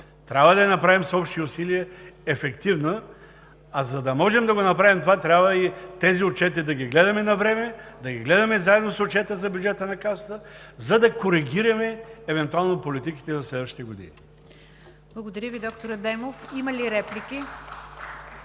Трябва да я направим с общи усилия ефективна, а за да можем да направим това, трябва и тези отчети да ги гледаме навреме, да ги гледаме заедно с Отчета за бюджета на Касата, за да коригираме евентуално политиките за следващите години. (Ръкопляскания от ДПС.) ПРЕДСЕДАТЕЛ